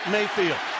Mayfield